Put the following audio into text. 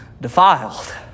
defiled